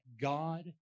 God